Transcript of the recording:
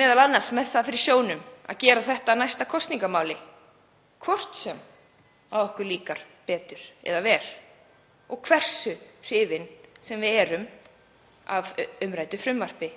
m.a. með það fyrir sjónum að gera þetta að næsta kosningamáli, hvort sem okkur líkar betur eða verr og hversu hrifin sem við erum af umræddu frumvarpi